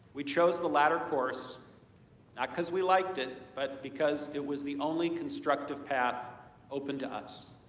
we chose the latter course not because we liked it, but because it was the only constructive path open to us.